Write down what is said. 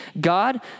God